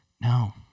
no